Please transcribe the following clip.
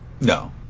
No